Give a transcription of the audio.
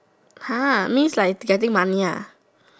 !huh! means like she's getting money ah